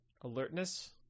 alertness